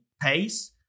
pace